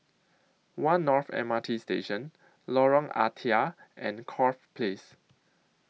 one North M R T Station Lorong Ah Thia and Corfe Place